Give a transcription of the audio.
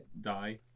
die